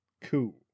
cool